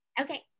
Okay